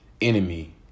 enemy